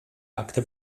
akte